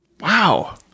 wow